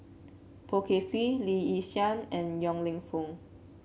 Poh Kay Swee Lee Yi Shyan and Yong Lew Foong